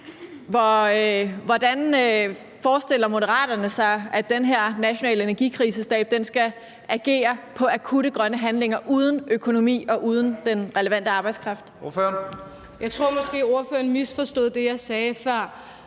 Hvordan forestiller Moderaterne sig at den her nationale energikrisestab skal agere på akutte grønne handlinger uden en økonomi og uden den relevante arbejdskraft? Kl. 11:26 Første næstformand (Leif